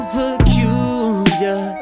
peculiar